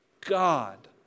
God